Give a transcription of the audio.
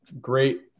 great